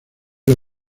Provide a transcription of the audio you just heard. los